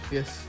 Yes